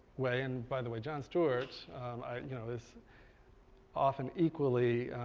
way, and by the way, jon stewart you know is often equally